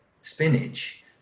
spinach